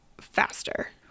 faster